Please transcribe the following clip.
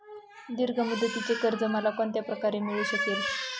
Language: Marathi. दीर्घ मुदतीचे कर्ज मला कोणत्या प्रकारे मिळू शकेल?